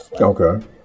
Okay